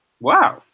wow